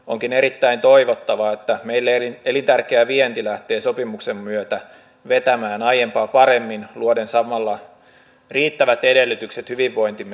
onkin erittäin toivottavaa että meille elintärkeä vienti lähtee sopimuksen myötä vetämään aiempaa paremmin luoden samalla riittävät edellytykset hyvinvointimme säilyttämiselle